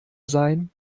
sein